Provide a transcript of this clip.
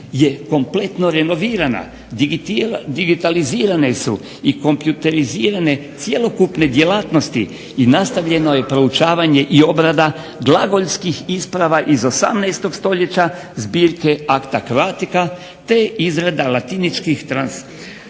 je kompletno renovirana. Digitalizirane su i kompjuterizirane cjelokupne djelatnosti i nastavljeno je proučavanje i obrada glagoljskih isprava iz 18. stoljeća, zbirke "Acta Croatica", te izrada latiničkih transliteracija